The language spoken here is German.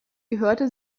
gehörte